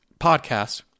podcast